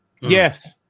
Yes